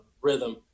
rhythm